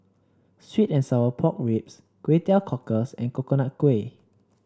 sweet and Sour Pork Ribs Kway Teow Cockles and Coconut Kuih